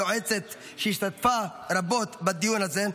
היועצת שהשתתפה רבות בדיון הזה,